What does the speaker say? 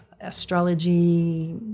astrology